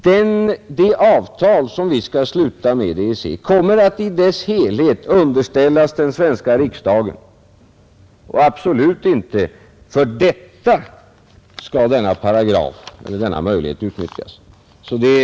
Det avtal som vi skall sluta med EEC' kommer att i dess helhet underställas den svenska riksdagen, och den här paragrafen, eller den här möjligheten, skall absolut inte utnyttjas för detta.